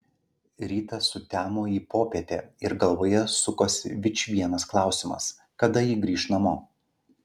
rytas sutemo į popietę ir galvoje sukosi vičvienas klausimas kada ji grįš namo